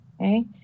Okay